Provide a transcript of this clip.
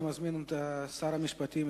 אני מזמין את שר המשפטים,